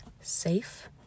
safe